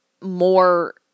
more